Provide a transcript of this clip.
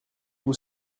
vous